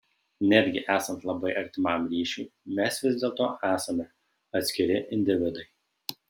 netgi esant labai artimam ryšiui mes vis dėlto esame atskiri individai